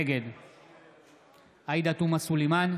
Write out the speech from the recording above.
נגד עאידה תומא סלימאן,